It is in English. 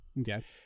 Okay